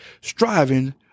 Striving